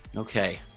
okay